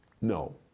No